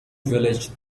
village